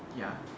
ya